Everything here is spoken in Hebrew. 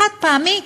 חד-פעמי,